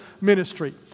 ministry